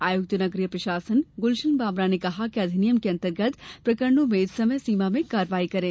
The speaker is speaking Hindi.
आयुक्त नगरीय प्रशासन गुलशन बामरा ने कहा कि अधिनियम के अन्तर्गत प्रकरणों में समय सीमा में कार्यवाही करें